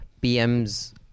PM's